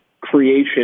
creation